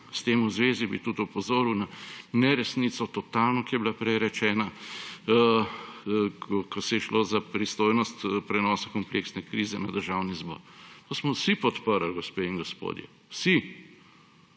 S tem v zvezi bi tudi opozoril na neresnico, totalno, ki je bila prej rečena, ko se je šlo za pristojnost prenosa kompleksne krize na Državni zbor. To smo vsi podprli, gospe in gospodje, vsi.